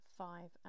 five